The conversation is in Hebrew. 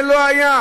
זה לא היה.